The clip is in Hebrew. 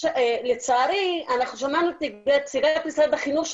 לצערי אנחנו שמענו את נציגת משרד החינוך,